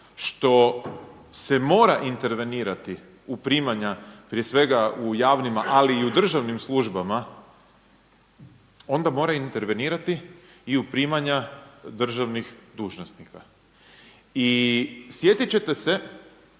što se mora intervenirati u primanja prije svega u javnima, ali i u državnim službama onda mora intervenirati i u primanja državnih dužnosnika. I sjetit ćete se